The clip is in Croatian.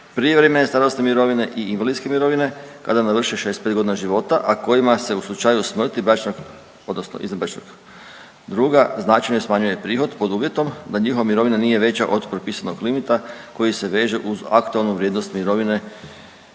prijevremene starosne mirovine i invalidske mirovine kada navrše 65.g. života, a kojima se u slučaju smrti bračnog odnosno izvanbračnog druga značajno smanjuje prihod pod uvjetom da njihova mirovina nije veća od propisanog limita koji se veže uz aktualnu vrijednost mirovine,